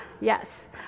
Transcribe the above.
Yes